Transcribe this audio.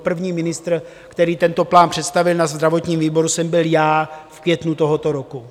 První ministr, který tento plán představil na zdravotním výboru, jsem byl já v květnu tohoto roku.